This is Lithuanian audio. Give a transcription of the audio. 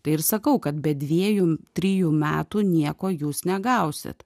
tai ir sakau kad be dviejų trijų metų nieko jūs negausit